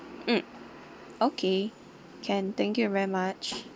mm okay can thank you very much